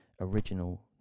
original